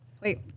wait